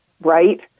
right